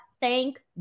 thank